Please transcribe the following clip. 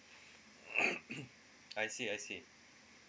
I see I see